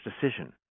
decision